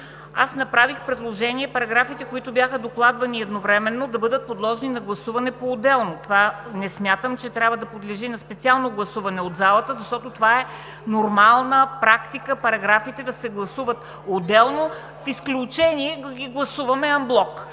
аз направих предложение параграфите, които бяха докладвани едновременно, да бъдат подложени на гласуване поотделно. Не смятам, че това трябва да подлежи на специално гласуване от залата, защото е нормална практика параграфите да се гласуват отделно, в изключение ги гласуваме анблок.